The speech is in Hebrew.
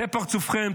זה פרצופכם.